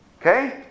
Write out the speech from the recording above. Okay